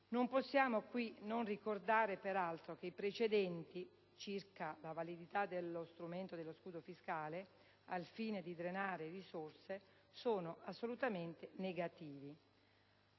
Non possiamo qui non ricordare peraltro che i precedenti circa la validità dello strumento dello scudo fiscale al fine di drenare risorse sono assolutamente negativi.